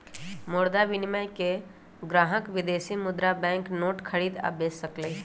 मुद्रा विनिमय में ग्राहक विदेशी मुद्रा बैंक नोट खरीद आ बेच सकलई ह